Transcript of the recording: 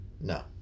No